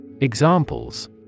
Examples